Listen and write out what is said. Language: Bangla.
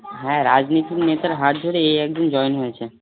হ্যাঁ রাজনীতির নেতার হাত ধরে এই একজন জয়েন হয়েছে